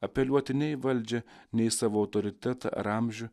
apeliuoti ne į valdžią ne į savo autoritetą ar amžių